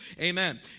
Amen